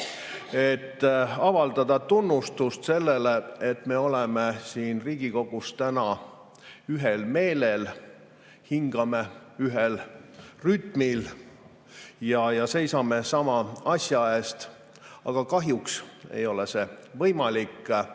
et avaldada tunnustust sellele, et me oleme siin Riigikogus täna ühel meelel, hingame ühes rütmis ja seisame sama asja eest. Aga kahjuks ei ole see võimalik,